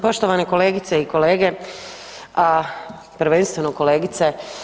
Poštovane kolegice i kolege, prvenstveno kolegice.